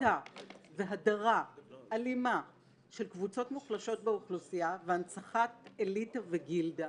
בוטה והדרה אלימה של קבוצות מוחלשות באוכלוסייה והנצחת אליטה וגילדה